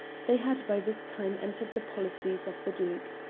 they had by this time entered the policies of the duke.